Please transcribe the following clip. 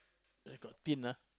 there got tin ah